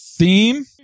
Theme